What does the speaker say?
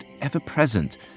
ever-present